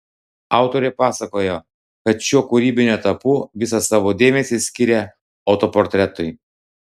autorė pasakojo kad šiuo kūrybiniu etapu visą savo dėmesį skiria autoportretui